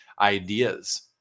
Ideas